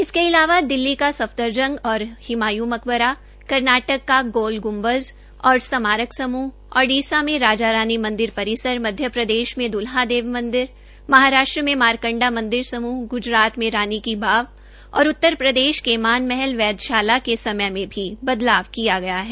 इसके अलावा दिल्ली का सफदरजंग और हमायूं का मकबरा कर्नाटक का गोल गुम्बज और स्मारक समूहख् ओडिसा में राजा रानी मंदिर परिसर मध्यप्रदेश में दुल्हादेव मंदिर महाराष्ट्र में मारकंडा मंदिर समूह ग्जरात मे रानी वाव और उत्तरप्रदेश के मान महल वैधशाला के समय में बदलाव किया है